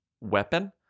weapon